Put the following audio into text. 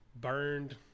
burned